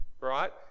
right